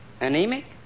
Anemic